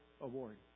Award